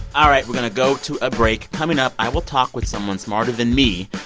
all right, we're going to go to a break. coming up, i will talk with someone smarter than me,